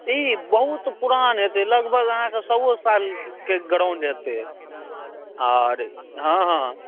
ई बहुत पुरान हेतै लगभग अहाँके सएओ सालके गराउण्ड हेतै आर हॅं हॅं